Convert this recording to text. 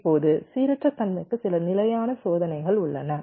இப்போது சீரற்ற தன்மைக்கு சில நிலையான சோதனைகள் உள்ளன